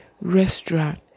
Restaurant